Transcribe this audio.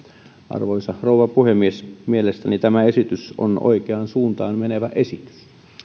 arvoisa rouva puhemies mielestäni tämä esitys on oikeaan suuntaan menevä esitys